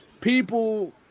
people